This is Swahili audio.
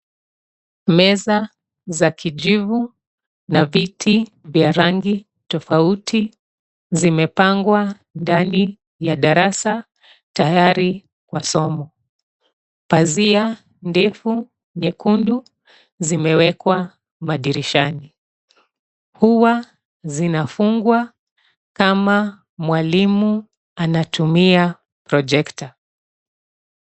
Meza za kijivu na viti vya rangi tofauti zimepangwa ndani ya darasa tayari kwa somo. Pazia ndefu nyekundu zimewekwa madirishani. Huwa zinafungwa kama mwalimu anatumia projekta.